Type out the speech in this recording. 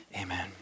Amen